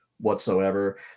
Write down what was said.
whatsoever